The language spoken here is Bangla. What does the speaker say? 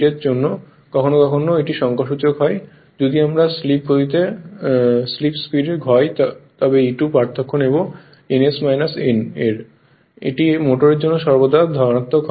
কখনও কখনও যদি এটি সংখ্যাসূচক হয় যদি এটি আমাদের স্লিপ গতি হয় তবে আমরা E2 পার্থক্য নেব ns n এর এটি মোটরের জন্য সর্বদা ধনাত্মক হবে